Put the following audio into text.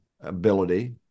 ability